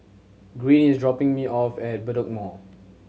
Green is dropping me off at Bedok Mall